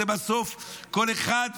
זה בסוף כל אחד ואחד.